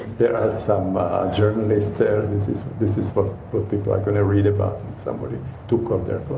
there are some journalists there, this is this is what people are going to read about, somebody took off their